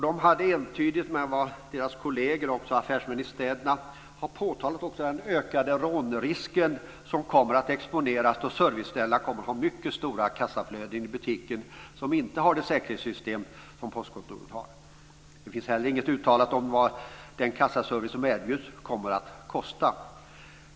De påtalade entydigt med vad deras kolleger affärsmän i städerna har påtalat, nämligen den ökade rånrisken. Antalet rån kommer att explodera då dessa serviceställen kommer att ha mycket stora kassaflöden i butikerna som inte har det säkerhetssystem som postkontoren har. Det finns inte heller något uttalat om vad den kassaservice som erbjuds kommer att kosta.